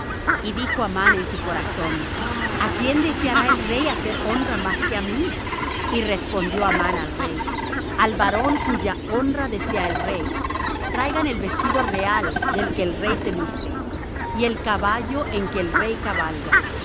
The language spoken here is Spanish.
y dijo amán en su corazón a quién deseará el rey hacer honra más que á mí y respondió amán al rey al varón cuya honra desea el rey traigan el vestido real de que el rey se viste y el caballo en que el rey cabalga